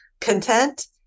content